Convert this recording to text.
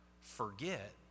forget